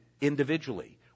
individually